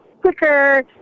quicker